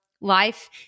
life